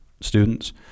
students